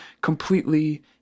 completely